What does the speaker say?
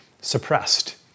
suppressed